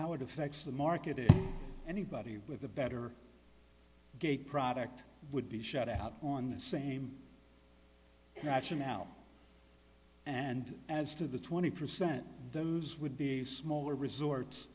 how it affects the market if anybody with a better gauge product would be shut out on the same rationale and as to the twenty percent those would be smaller resorts